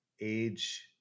age